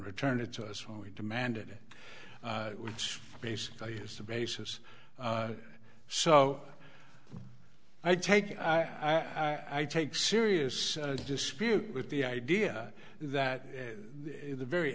returned it to us when we demanded it which basically is the basis so i take i take serious dispute with the idea that the very